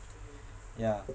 yeah